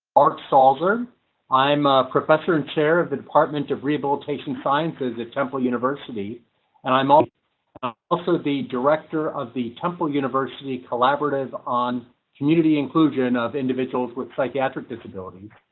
mark salzer i'm a professor and chair of the department of rehabilitation sciences at temple university and i'm um also the director of the temple university collaborative on community inclusion of individuals with psychiatric disabilities.